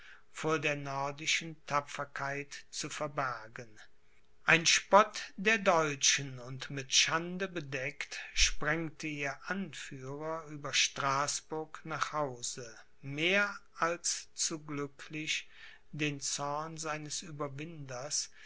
vor der nordischen tapferkeit zu verbergen ein spott der deutschen und mit schande bedeckt sprengte ihr anführer über straßburg nach hause mehr als zu glücklich den zorn seines ueberwinders